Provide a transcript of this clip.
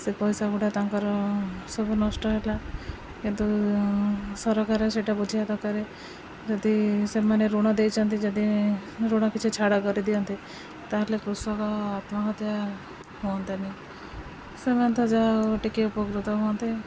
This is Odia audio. ସେ ପଇସା ଗୁଡ଼ା ତାଙ୍କର ସବୁ ନଷ୍ଟ ହେଲା କିନ୍ତୁ ସରକାର ସେଇଟା ବୁଝିବା ଦରକାରେ ଯଦି ସେମାନେ ଋଣ ଦେଇଛନ୍ତି ଯଦି ଋଣ କିଛି ଛାଡ଼ କରିଦିଅନ୍ତେ ତା'ହେଲେ କୃଷକ ଆତ୍ମହତ୍ୟା ହୁଅନ୍ତାନି ସେମାନେ ତ ଯାହାହଉ ଟିକେ ଉପକୃତ ହୁଅନ୍ତେ